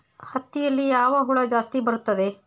ಹತ್ತಿಯಲ್ಲಿ ಯಾವ ಹುಳ ಜಾಸ್ತಿ ಬರುತ್ತದೆ?